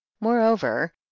moreover